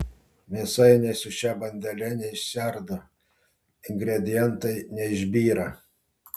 mėsainiai su šia bandele neišsiardo ingredientai neišbyra